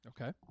Okay